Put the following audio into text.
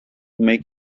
make